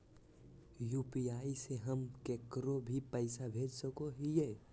UPI से हम केकरो भी पैसा भेज सको हियै?